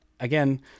Again